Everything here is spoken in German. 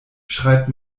schreibt